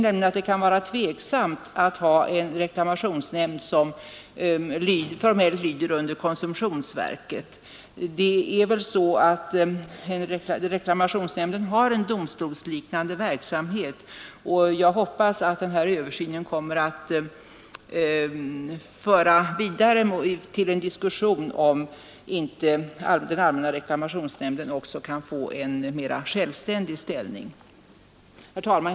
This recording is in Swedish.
Det kan vara tveksamt att ha en reklamationsnämnd, som formellt lyder under konsumentverket. Reklamationsnämnden har en domstolsliknande verksamhet, och jag hoppas att denna översyn kommer att leda fram till en diskussion om inte allmänna reklamationsnämnden också kan få en mera självständig ställning. Herr talman!